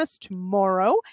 Tomorrow